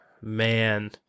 Man